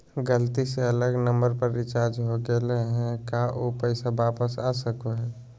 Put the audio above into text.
गलती से अलग नंबर पर रिचार्ज हो गेलै है का ऊ पैसा वापस आ सको है?